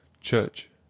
Church